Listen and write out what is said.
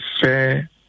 fair